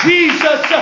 Jesus